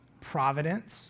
providence